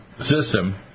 system